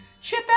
Chip